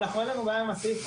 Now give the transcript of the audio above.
אנחנו אין לנו בעיה עם הסעיף,